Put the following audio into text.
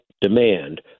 demand